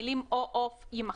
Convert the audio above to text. המילים "או עוף" יימחקו,